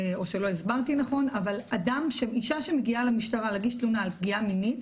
או לא הסברתי נכון אבל אישה שמגיעה למשטרה להגיש תלונה על פגיעה מינית,